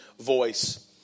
voice